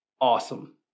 awesome